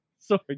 sorry